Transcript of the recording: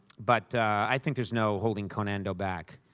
but i think there's no holding conando back.